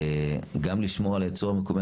גם לשמור על הייצור המקומי,